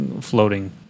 floating